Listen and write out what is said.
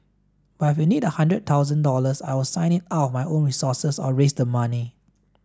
but if you need a hundred thousand dollars I'll sign it out of my own resources or raise the money